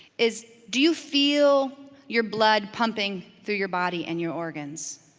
is do you feel your blood pumping through your body and your organs?